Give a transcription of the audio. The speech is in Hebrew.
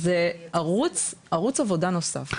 זה ערוץ עבודה נוסף,